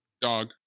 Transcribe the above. Dog